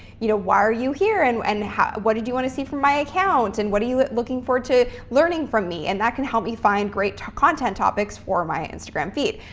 you know why are you here and and what did you want to see from my account and what are you looking forward to learning from me? and that can help me find great content topics for my instagram feed.